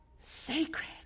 sacred